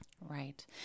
Right